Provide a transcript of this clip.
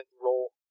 roll